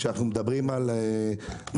כשאנו מדברים על עלויות,